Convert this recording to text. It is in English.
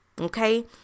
okay